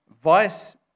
vice